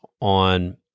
on